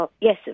Yes